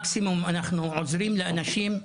מקסימום אנחנו עוזרים לאנשים,